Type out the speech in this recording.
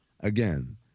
Again